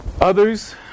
others